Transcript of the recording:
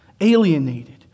alienated